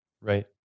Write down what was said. Right